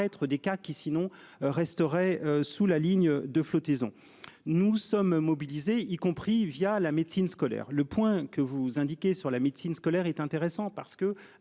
des cas qui sinon resteraient sous la ligne de flottaison. Nous sommes mobilisés, y compris via la médecine scolaire le point que vous indiquez sur la médecine scolaire est intéressant parce que